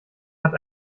hat